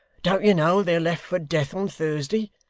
don't you know they're left for death on thursday?